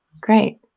great